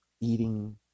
eating